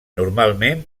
normalment